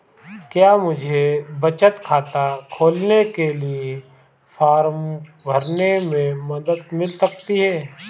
क्या मुझे बचत खाता खोलने के लिए फॉर्म भरने में मदद मिल सकती है?